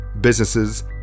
businesses